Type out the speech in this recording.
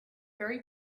very